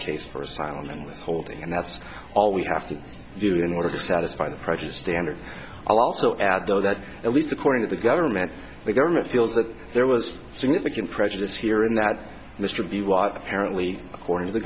case for asylum withholding and that's all we have to do in order to satisfy the prejudice standard a lot so add though that at least according to the government the government feels that there was significant prejudice here and that mr be apparently according to the